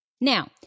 Now